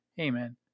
Amen